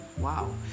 Wow